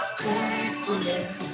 faithfulness